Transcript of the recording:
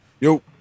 Yo